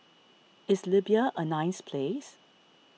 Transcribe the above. is Libya a nice place